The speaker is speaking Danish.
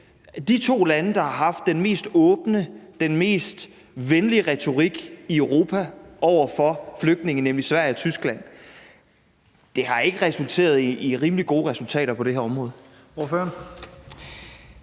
de to lande, der har haft den mest åbne, den mest venlige retorik i Europa over for flygtninge, nemlig Sverige og Tyskland, ikke har opnået rimelig gode resultater på det område.